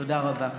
תודה רבה.